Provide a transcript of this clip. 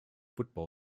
football